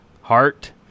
heart